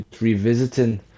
revisiting